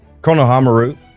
Konohamaru